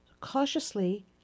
Cautiously